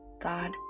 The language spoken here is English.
God